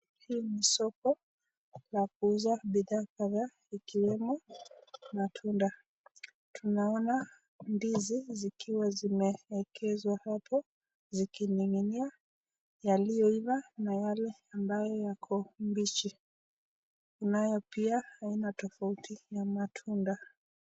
Hii ni soko ya kuuza bidhaa kadhaa ikiwemo matunda, tunaona ndizi zikiwa zimeekezwa hapo zikining'inia yaliyoiva na yale ambayo yako mbichi kunayo pia aina tofauti ya matunda.